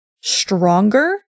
stronger